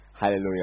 Hallelujah